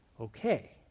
Okay